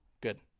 Good